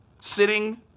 Sitting